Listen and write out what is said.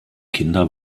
kinder